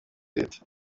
state